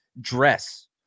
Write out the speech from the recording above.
dress